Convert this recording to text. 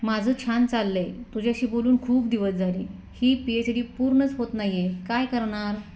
माझं छान चाललं आहे तुझ्याशी बोलून खूप दिवस झाली ही पी एच डी पूर्णच होत नाही आहे काय करणार